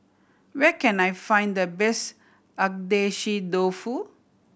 where can I find the best Agedashi Dofu